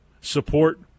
support